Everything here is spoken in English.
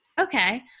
okay